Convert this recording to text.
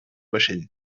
vaixell